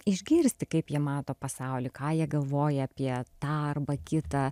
išgirsti kaip jie mato pasaulį ką jie galvoja apie tą arba kitą